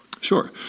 Sure